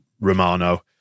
Romano